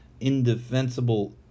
indefensible